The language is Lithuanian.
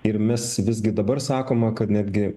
ir mes visgi dabar sakoma kad netgi